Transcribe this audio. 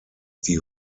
die